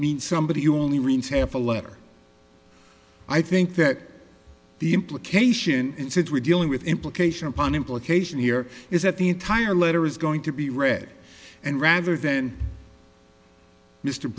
means somebody who only reads half a letter i think that the implication and since we're dealing with implication upon implication here is that the entire letter is going to be read and rather than